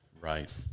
right